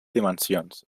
dimensions